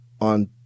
on